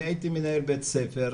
אני הייתי מנהל בית ספר,